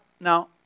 Now